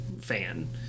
fan